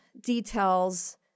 details